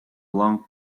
long